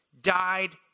died